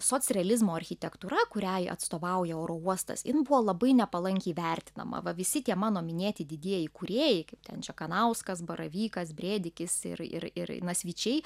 socrealizmo architektūra kuriai atstovauja oro uostas jin buvo labai nepalankiai vertinama va visi tie mano minėti didieji kūrėjai kaip ten čekanauskas baravykas brėdikis ir ir ir nasvyčiai